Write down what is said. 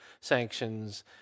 sanctions